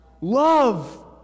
Love